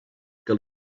que